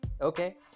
okay